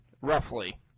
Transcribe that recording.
roughly